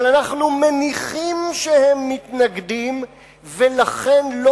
אבל אנחנו מניחים שהם מתנגדים ולכן לא